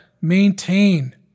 maintain